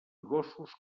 gossos